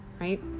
right